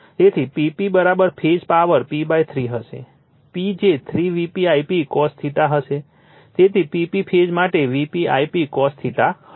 તેથી P p phase power p3 હશે p જે 3 Vp Ip cos હશે તેથી P p ફેઝ માટે Vp Ip cos હશે